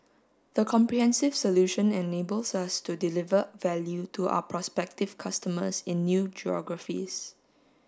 the comprehensive solution enables us to deliver value to our prospective customers in new geographies